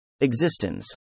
Existence